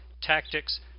tactics